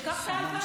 שייקח את ההלוואה.